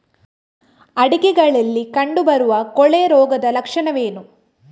ಅಡಿಕೆಗಳಲ್ಲಿ ಕಂಡುಬರುವ ಕೊಳೆ ರೋಗದ ಲಕ್ಷಣವೇನು?